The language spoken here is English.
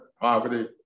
poverty